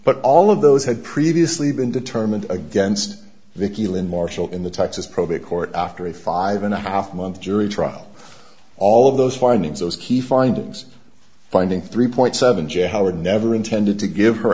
but all of those had previously been determined against vickie lynn marshall in the texas probate court after a five and a half month jury trial all of those findings those key findings finding three point seven j howard never intended to give her